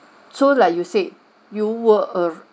so like you said you will arr~